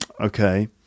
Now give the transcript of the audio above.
okay